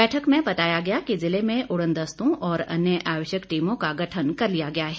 बैठक में बताया गया कि जिले में उड़न दस्तों और अन्य आवश्यक टीमों का गठन कर लिया गया है